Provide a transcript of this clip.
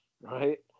right